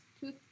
two